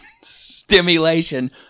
stimulation